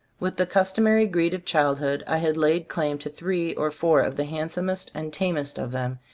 with the customary greed of childhood i had laid claim to three or four of the handsomest and tamest of them,